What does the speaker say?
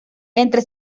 entre